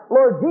Lord